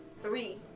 Three